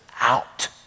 out